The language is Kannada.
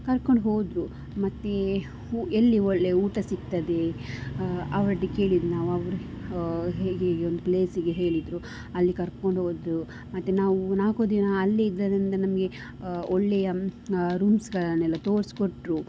ಕರ್ಕೊಂಡು ಹೋದರು ಮತ್ತು ಎಲ್ಲಿ ಒಳ್ಳೆಯ ಊಟ ಸಿಗ್ತದೆ ಅವ್ರೊಟ್ಟಿಗೆ ಕೇಳಿದ್ದು ನಾವು ಅವರು ಹೇಗೇಗೆ ಒಂದು ಪ್ಲೇಸಿಗೆ ಹೇಳಿದರು ಅಲ್ಲಿ ಕರ್ಕೊಂಡು ಹೋದರು ಮತ್ತೆ ನಾವು ನಾಲ್ಕು ದಿನ ಅಲ್ಲಿದ್ದರಿಂದ ನಮಗೆ ಒಳ್ಳೆಯ ರೂಮ್ಸ್ಗಳನೆಲ್ಲ ತೋರ್ಸ್ಕೊಟ್ರು